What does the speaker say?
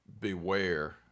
beware